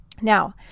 Now